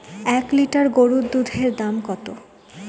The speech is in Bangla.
এক লিটার গরুর দুধের দাম কত?